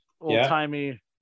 Old-timey